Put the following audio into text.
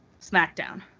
SmackDown